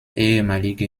ehemalige